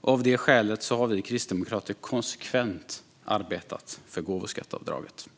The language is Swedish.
Av det skälet har vi kristdemokrater konsekvent arbetat för gåvoskatteavdraget.